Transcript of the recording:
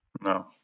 No